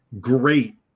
great